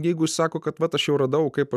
jeigu sako kad aš jau radau kaip